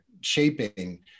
shaping